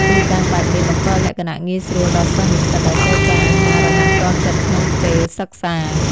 ទីតាំងបែបនេះបង្កលក្ខណៈងាយស្រួលដល់សិស្សនិស្សិតដែលត្រូវការអាហាររហ័សទាន់ចិត្តក្នុងពេលសិក្សា។